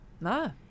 No